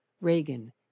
reagan